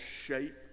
shape